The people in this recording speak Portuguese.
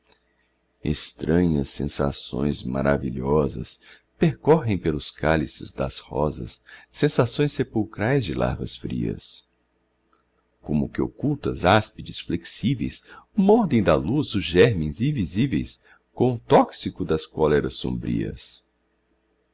estranhas sensações maravilhosas percorrem pelos cálices das rosas sensações sepulcrais de larvas frias como que ocultas áspides flexíveis mordem da luz os germens invisíveis com o tóxico das cóleras sombrias